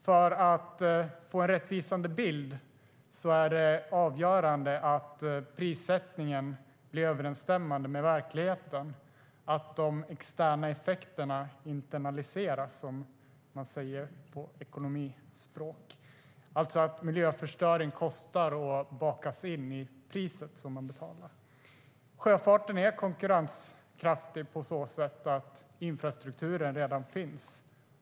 För att få en rättvisande bild är det avgörande att prissättningen överensstämmer med verkligheten, att de externa effekterna internaliseras, som man säger på ekonomispråk, alltså att miljöförstöring kostar och bakas in i priset man betalar. Sjöfarten är konkurrenskraftig på så sätt att infrastrukturen redan finns.